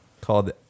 called